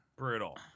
Brutal